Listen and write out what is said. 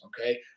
Okay